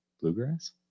Bluegrass